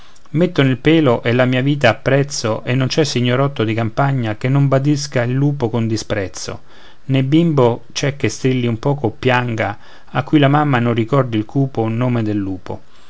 mettono il pelo e la mia vita a prezzo e non c'è signorotto di campagna che non bandisca il lupo con disprezzo ne bimbo c'è che strilli un poco o piagna a cui la mamma non ricordi il cupo nome del lupo